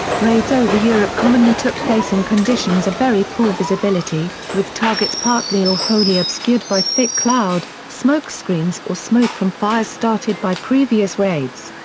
raids over europe commonly took place in conditions of very poor visibility, with targets partly or wholly obscured by thick cloud, smokescreens or smoke from fires started by previous raids.